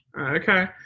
Okay